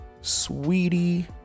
sweetie